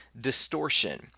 distortion